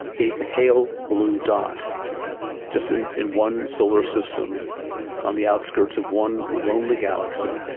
a pale blue dot just in in one solar system on the outskirts of one lonely galaxy.